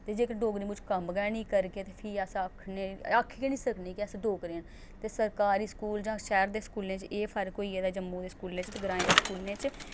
ते जेह्के डोगरी मूजब कम्म गै निं करगे ते फ्ही अस आक्खने आक्खी गै निं सकने कि अस डोगरे न ते सरकारी स्कूल जां शैह्र दे स्कूलें च एह् फर्क होई गेदा जम्मू दे स्कूलें च ते ग्राएं दे स्कूलें च